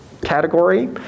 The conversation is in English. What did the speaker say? category